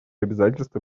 обязательства